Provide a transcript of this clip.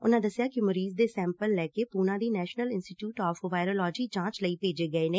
ਉਨੂਾ ਦਸਿਆ ਕਿ ਮਰੀਜ਼ ਦੇ ਸੈਂਪਲ ਲੈ ਕੇ ਪੂਨਾ ਦੀ ਨੈਸ਼ਨਲ ਇੰਸਚੀਟਿਊਟ ਆਫ਼ ਵਾਇਰੋਲੋਜੀ ਜਾਂਚ ਲਈ ਭੇਜੇ ਗਏ ਨੇ